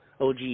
OG